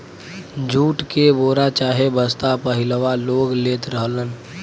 jute के बोरा चाहे बस्ता पहिलवां लोग लेत रहलन